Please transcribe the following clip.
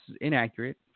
inaccurate